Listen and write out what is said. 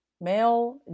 male